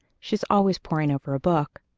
she's always poring over a book.